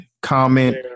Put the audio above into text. comment